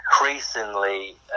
increasingly